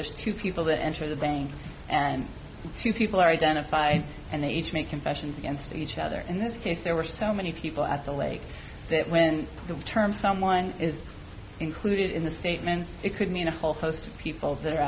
there's two people that enter the bank and few people are identified and they each make confessions against each other in this case there were so many people at the lake that when the term someone is included in the statement it could mean a whole host of people that are